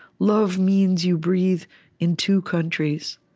love means you breathe in two countries.